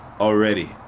Already